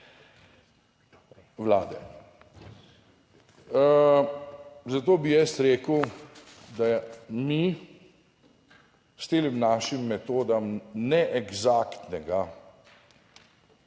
vlade. Zato bi jaz rekel, da mi s tem našim metodami ne eksaktnega